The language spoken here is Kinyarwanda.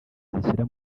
zishyira